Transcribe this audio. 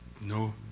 No